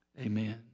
amen